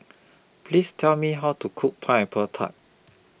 Please Tell Me How to Cook Pineapple Tart